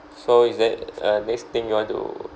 so is that uh next thing you want to